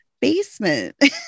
basement